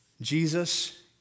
Jesus